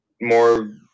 more